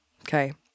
Okay